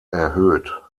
erhöht